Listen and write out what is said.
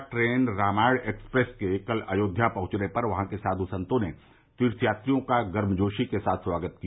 भारत दर्शन यात्रा train Ramayan express के कल अयोध्या पहुंचने पर वहां के साधु संतों ने तीर्थयात्रियों का गर्मजोशी के साथ स्वागत किया